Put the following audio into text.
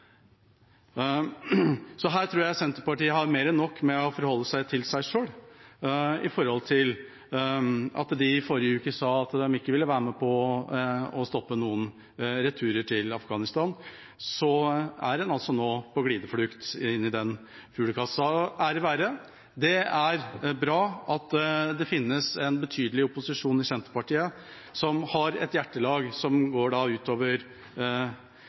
Så her tror jeg Senterpartiet har mer enn nok med å forholde seg til seg selv med tanke på at de i forrige uke sa at de ikke ville være med på å stoppe noen returer til Afghanistan, og nå altså er på glideflukt inn i den fuglekassa. Ære være, det er bra at det finnes en betydelig opposisjon i Senterpartiet som har et hjertelag som går utover